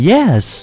Yes